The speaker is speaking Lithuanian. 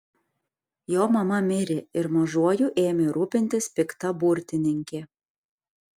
jo mama mirė ir mažuoju ėmė rūpintis pikta burtininkė